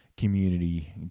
community